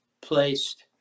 placed